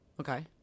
okay